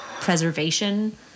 preservation